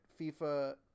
FIFA